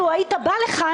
לו היית בא לכאן,